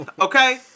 okay